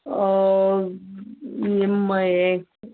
हें